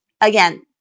again